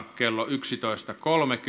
yksitoista kolmenkymmenen